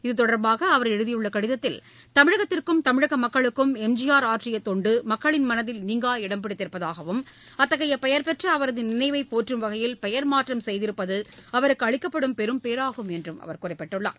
இதுதொடர்பாக அவர் எழுதியுள்ள கடிதத்தில் தமிழகத்திற்கும் தமிழக மக்களுக்கும் எம்ஜிஆர் ஆற்றிய தொண்டு மக்களின் மனதில் நீங்கா இடம்பிடித்திருப்பதாகவும் அத்தகைய பெயர்பெற்ற அவரது நினைவை போற்றும் வகையில் பெயர்மாற்றம் செய்திருப்பது அவருக்கு அளிக்கப்படும் பெரும் பேராகும் என்று அவர் குறிப்பிட்டுள்ளார்